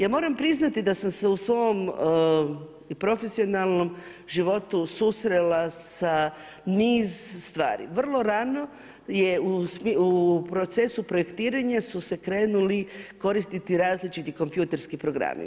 Ja moram priznati da sam se u svom profesionalnom životu susrela sa niz stvari, vrlo rano je u procesu projektiranja su se krenuli koristiti različiti kompjuterski programi.